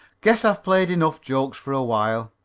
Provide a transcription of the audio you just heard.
guess i've played enough jokes for a while.